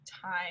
time